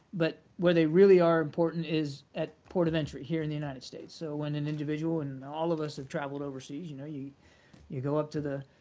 but where they really are important is at port of entry here in the united states. so when an individual and all of us have traveled overseas. you know you you go up to the